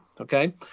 Okay